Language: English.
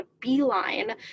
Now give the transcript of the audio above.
beeline